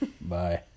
Bye